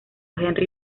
henry